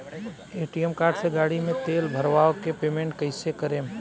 ATM card से गाड़ी मे तेल भरवा के पेमेंट कैसे करेम?